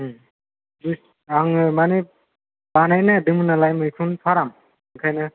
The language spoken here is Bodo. आङो माने बानायनो नागिरदोंमोन नालाय मैखुन फाराम ओंखायनो